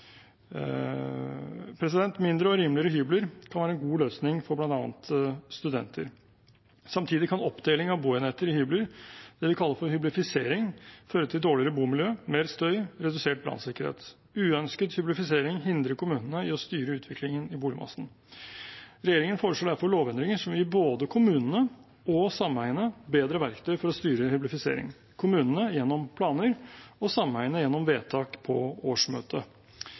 Mindre og rimeligere hybler kan være en god løsning for bl.a. studenter. Samtidig kan oppdeling av boenheter i hybler, det vi kaller for hyblifisering, føre til dårligere bomiljø, mer støy og redusert brannsikkerhet. Uønsket hyblifisering hindrer kommunene i å styre utviklingen i boligmassen. Regjeringen foreslår derfor lovendringer som vil gi både kommunene og sameiene bedre verktøy for å styre hyblifisering – kommunene gjennom planer og sameiene gjennom vedtak på årsmøtet.